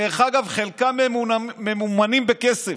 דרך אגב, חלקם ממומנים בכסף,